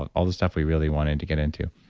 all this stuff we really wanted to get into